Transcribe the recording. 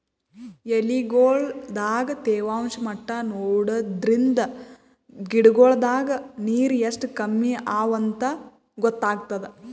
ಎಲಿಗೊಳ್ ದಾಗ ತೇವಾಂಷ್ ಮಟ್ಟಾ ನೋಡದ್ರಿನ್ದ ಗಿಡಗೋಳ್ ದಾಗ ನೀರ್ ಎಷ್ಟ್ ಕಮ್ಮಿ ಅವಾಂತ್ ಗೊತ್ತಾಗ್ತದ